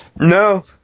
No